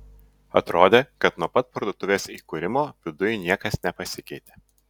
atrodė kad nuo pat parduotuvės įkūrimo viduj niekas nepasikeitė